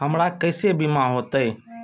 हमरा केसे बीमा होते?